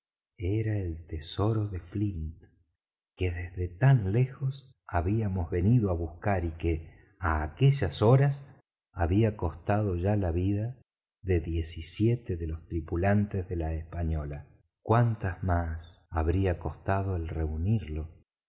era el tesoro de flint que desde tan lejos habíamos venido á buscar y que á aquellas horas había costado ya las vidas de diez y siete de los tripulantes de la española cuántas más habría costado el reunirlo